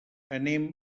anem